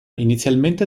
inizialmente